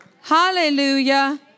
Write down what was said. Hallelujah